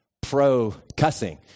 pro-cussing